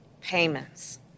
payments